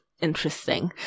interesting